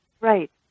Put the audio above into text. Right